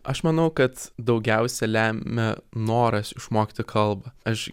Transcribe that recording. aš manau kad daugiausia lemia noras išmokti kalbą aš